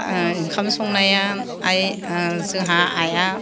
ओंखाम संनाया आइ जोंहा आइआ